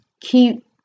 keep